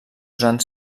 usant